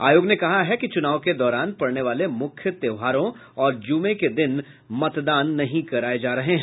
आयोग ने कहा है कि चुनाव के दौरान पड़ने वाले मुख्य त्योहारों और जुमे के दिन मतदान नहीं कराये जा रहे हैं